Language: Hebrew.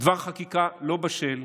דבר חקיקה לא בשל,